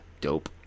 dope